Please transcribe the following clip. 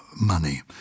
money